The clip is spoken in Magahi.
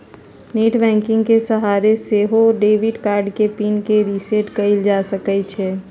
नेट बैंकिंग के सहारे से सेहो डेबिट कार्ड के पिन के रिसेट कएल जा सकै छइ